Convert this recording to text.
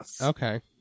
Okay